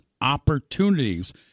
opportunities